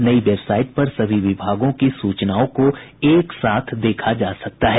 नई वेबसाईट पर सभी विभागों की सूचनाओं को एक साथ देखा जा सकता है